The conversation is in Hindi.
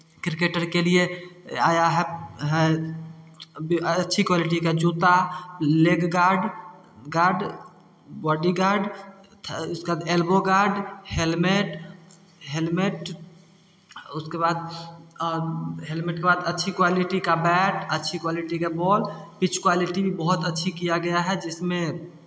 क्रिकेट के लिए आया है है अच्छी क्वालिटी का जूता लेग गार्ड बॉडीगार्ड उसका एल्बो गार्ड हेलमेट हेलमेट उसके बाद हेलमेट के बाद अच्छी क्वालिटी का बैट अच्छी क्वालिटी का बॉल पिच क्वालिटी भी बहुत अच्छी किया गया है जिसमें